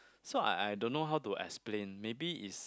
so I I don't know how to explain maybe is